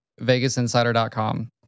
VegasInsider.com